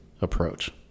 approach